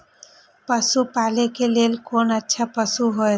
पशु पालै के लेल कोन अच्छा पशु होयत?